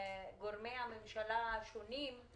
גורמי הממשלה השונים,